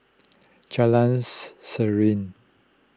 Jalans Serene